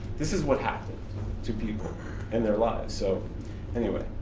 this is what happened to people and their lives. so anyway,